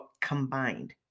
combined